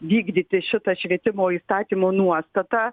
vykdyti šitą švietimo įstatymo nuostatą